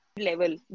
level